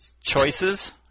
Choices